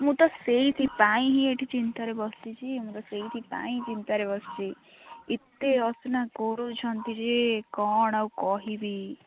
ମୁଁ ତ ସେଇଥିପାଇଁ ହିଁ ଏଇଠି ଚିନ୍ତାରେ ବସିଛି ମୁଁ ତ ସେଇଥିପାଇଁ ଚିନ୍ତାରେ ବସିଛି ଏତେ ଅସନା କରୁଛନ୍ତି ଯେ କ'ଣ ଆଉ କହିବି